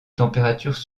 température